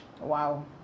Wow